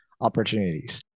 opportunities